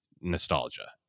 nostalgia